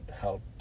help